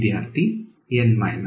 ವಿದ್ಯಾರ್ಥಿ N 1